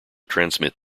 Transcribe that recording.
transmit